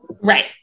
Right